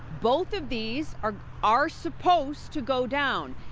both of these are are supposed to go down.